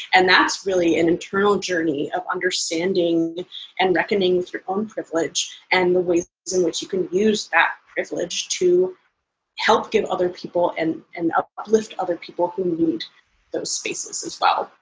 and that's really an internal journey of understanding and reckoning with your own privilege and the ways in which you can use that privilege to help give other people and uplift other people who need those spaces as well.